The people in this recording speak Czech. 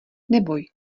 neboj